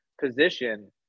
position